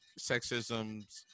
sexism